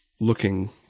looking